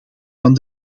van